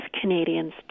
canadians